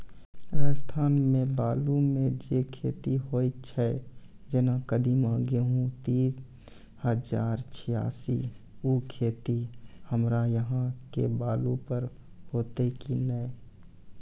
राजस्थान मे बालू मे जे खेती होय छै जेना कदीमा, गेहूँ तीन हजार छियासी, उ खेती हमरा यहाँ के बालू पर होते की नैय?